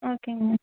ஓகேங்கண்ணா